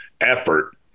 effort